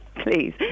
Please